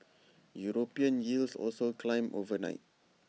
european yields also climbed overnight